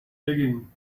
digging